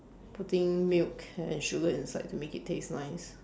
putting milk and sugar inside to make it taste nice